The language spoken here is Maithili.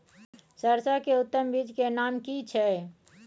सरसो के उत्तम बीज के नाम की छै?